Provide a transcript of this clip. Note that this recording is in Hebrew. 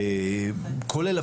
כולל,